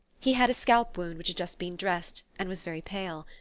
he had a scalp-wound which had just been dressed, and was very pale.